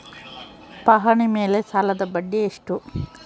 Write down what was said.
ಪಹಣಿ ಮೇಲೆ ಸಾಲದ ಬಡ್ಡಿ ಎಷ್ಟು?